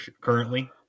currently